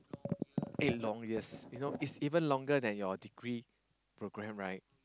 eight long years you know it's even longer than your degree program right